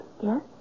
Yes